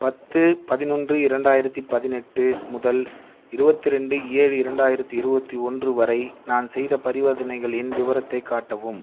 பத்து பதினொன்று இரண்டாயிரத்து பதினெட்டு முதல் இருபத்தி ரெண்டு ஏழு இரண்டாயிரத்து இருபத்தி ஒன்று வரை நான் செய்த பரிவர்த்தனைகளின் விவரத்தை காட்டவும்